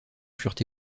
furent